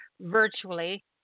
virtually